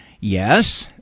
yes